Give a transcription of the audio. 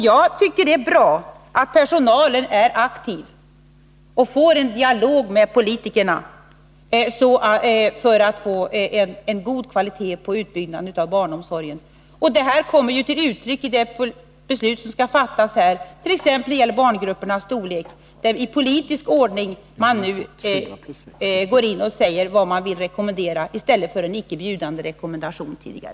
Jag tycker att det är bra att personalen är aktiv och för en dialog med politikerna för att få god kvalitet på utbyggnaden av barnomsorgen. Detta kommer till uttryck i det beslut som skall fattas här. Det gäller t.ex. barngruppernas storlek. I stället för en tidigare icke bjudande rekommendation går man nu i politisk ordning in och rekommenderar.